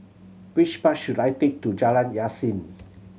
which bus should I take to Jalan Yasin